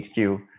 HQ